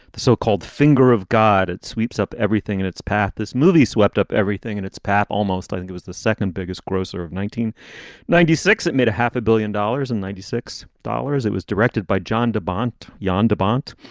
the so-called finger of god. it sweeps up everything in its path. this movie swept up everything in its path. almost. i think it is the second biggest grocer of nineteen ninety six. it made a half a billion dollars and ninety six dollars. it was directed by john de bonte, john de bonte.